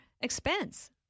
expense